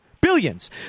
Billions